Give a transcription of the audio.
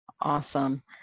awesome